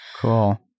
Cool